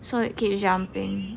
so it kept jumping